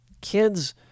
kids